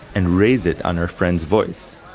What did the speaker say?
and raise it on our friend's voice.